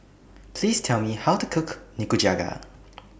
Please Tell Me How to Cook Nikujaga